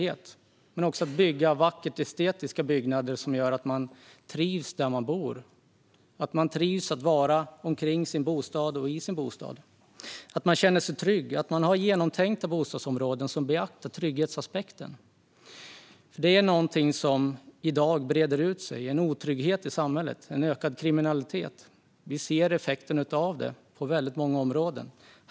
Det handlar också om att bygga estetiskt vackra byggnader som gör att människor trivs i och omkring sin bostad. Det handlar om att människor ska känna sig trygga och att bostadsområdena är genomtänkta där man har beaktat trygghetsaspekten. I dag breder en otrygghet och en ökad kriminalitet ut sig i samhället. Vi ser effekterna av detta på väldigt många områden.